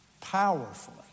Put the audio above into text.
powerfully